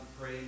pray